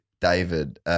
David